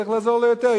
צריך לעזור לו יותר,